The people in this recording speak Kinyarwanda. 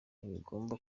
ntibigomba